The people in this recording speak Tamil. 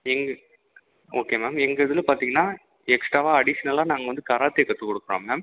எங்கள் ஓகே மேம் எங்கள் இதில் பார்த்தீங்கன்னா எக்ஸ்ட்ராவாக அடிஷ்னலாக நாங்கள் வந்து கராத்தே கற்றுக் கொடுக்குறோம் மேம்